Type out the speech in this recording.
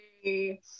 Hey